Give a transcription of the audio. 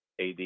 AD